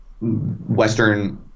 Western